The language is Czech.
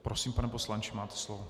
Prosím, pane poslanče, máte slovo.